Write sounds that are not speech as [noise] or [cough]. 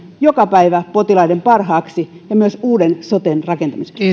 joka päivä potilaiden parhaaksi ja myös uuden soten rakentamiseksi [unintelligible]